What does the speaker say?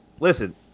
Listen